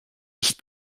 nicht